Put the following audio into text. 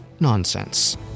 nonsense